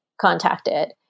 contacted